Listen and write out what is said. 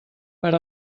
per